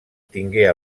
tingué